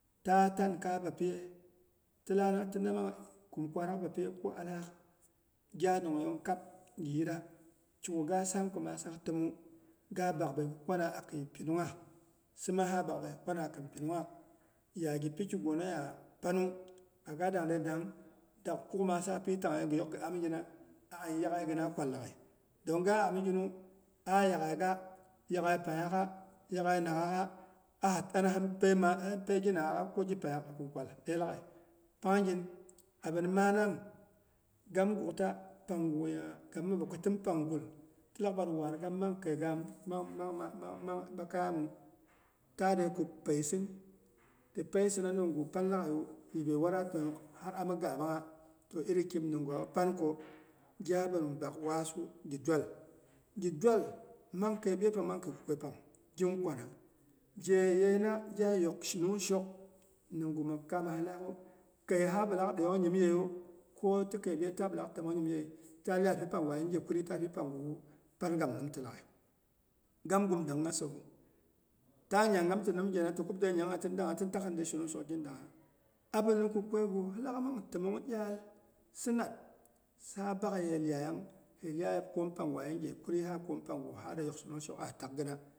Ta tangkai bapiye? Tilak tinna mang kum kwarak bapiye? Ko alaak gya nongyeiyong kab giyira. Kigu ga saamko maasak təmu, ga bakbei gɨ kwana akin pinungha, si ma sa bakyei si kwana akin pinungnhaak ya gipi kigunaya panu. Ya ga dang de dang, dagɨ kuk maasa pi tang yei gɨ yok gɨamigina a'an yaghai gɨna kwal laghai. Dong ga amiginu, ah'a yaghai ga yaghai pangnghaak gah, yaghai naang nghaakgah, ahi tana hin pei maa hin pei gi naangnghaagha ko gi pangnghaak kɨn kwal dei laghai. Pangnyin abini maanam, gam gukta panguya gam maba ko tinpang gul, tilakbar war gam mang keigam, mang- mang ɓakaiyamu, tadei kub peisin, ti peisina nimgu pan laghaiyu yibei wara tangnghook har ami gaabang ngha, toh irikim nimgwawu panko gyabɨn bak waasu gi dwal, gi dual mang kei ɓyeet pang mang kei kukwei pang gin kwana. Gyeyeina gya yok shinung shok nimgu map kaama laghu. Kei habilak deiyong nyimyeiyu, koti kei ɓyeet ta iyai pi panggwa yinghe kuri ta pi pangwu wu, pan gam nimtɨ laghai, gam gum danghasewu. Taa nyanggam ti nim ghena ti kuyb de nyangha tin dangha, tin tak hinde shinungshokgha gin dangha. Abini kukweigu hilak mang təmong iyal, sinat sa bakye iyayang si iyaya kwoom pang gwa yinghe kuri sa kwoom pangu ha de yok shinungohok ahi takgɨna.